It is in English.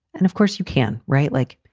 and, of course you can. right. like,